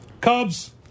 Cubs